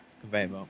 Conveyor